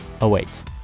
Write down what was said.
awaits